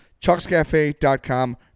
Chuckscafe.com